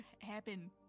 happen